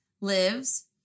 lives